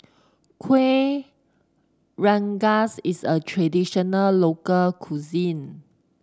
Kueh Rengas is a traditional local cuisine